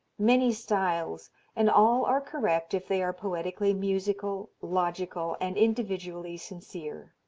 many styles and all are correct if they are poetically musical, logical and individually sincere.